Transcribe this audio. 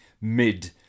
mid